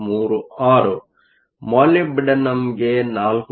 36 ಮಾಲಿಬ್ಡಿನಮ್ಗೆ 4